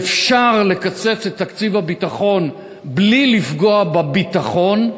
ואפשר לקצץ את תקציב הביטחון בלי לפגוע בביטחון,